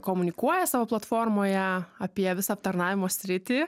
komunikuoja savo platformoje apie visą aptarnavimo sritį